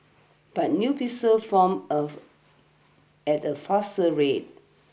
but new blisters formed of at a faster rate